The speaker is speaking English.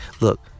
Look